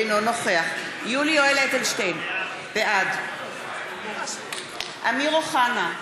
אינו נוכח יולי יואל אדלשטיין, בעד אמיר אוחנה,